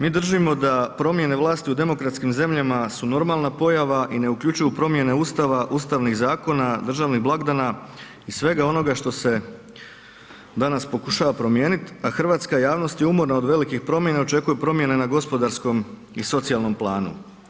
Mi držimo da promjene vlasti u demokratskim zemljama su normalna pojava i ne uključuju promjene Ustava, ustavnih zakona, državnih blagdana i svega onoga što se danas pokušava promijeniti, a hrvatska javnost je umorna od velikih promjena očekuju promjene na gospodarskom i socijalnom planu.